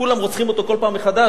כולם רוצחים אותו כל פעם מחדש,